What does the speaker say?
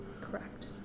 correct